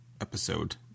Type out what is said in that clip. episode